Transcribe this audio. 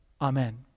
Amen